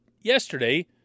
yesterday